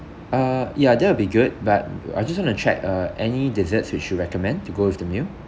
uh ya that will be good but uh I just want to check uh any desserts which you recommend to go with the meal